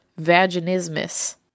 vaginismus